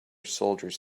soldiers